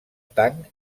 tanc